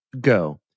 Go